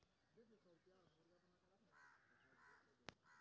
जैविक या बायो या रासायनिक में सबसँ अच्छा कोन कीटनाशक क प्रयोग करबाक चाही?